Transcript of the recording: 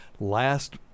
last